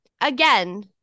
again